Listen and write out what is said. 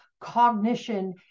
cognition